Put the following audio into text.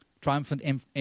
triumphant